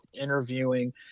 interviewing